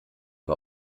war